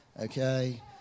okay